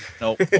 Nope